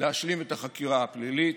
להשלים את החקירה הפלילית,